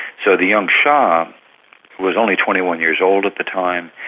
so the young shah was only twenty one years old at the time,